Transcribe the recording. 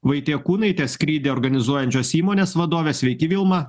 vaitiekūnaitė skrydį organizuojančios įmonės vadovė sveiki vilma